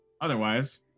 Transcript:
Otherwise